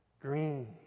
green